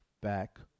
back